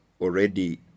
already